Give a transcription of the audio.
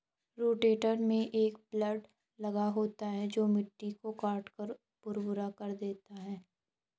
rotator में एक blade लगा होता है जो मिट्टी को काटकर भुरभुरा कर देता है